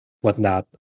whatnot